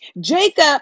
Jacob